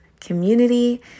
community